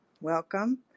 welcome